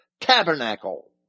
tabernacle